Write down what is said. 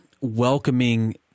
welcoming